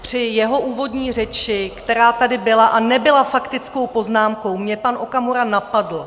Při jeho úvodní řeči, která tady byla, a nebyla faktickou poznámkou, mě pan Okamura napadl.